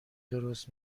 درست